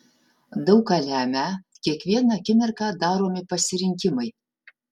daug ką lemią kiekvieną akimirką daromi pasirinkimai